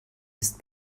ist